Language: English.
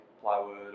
plywood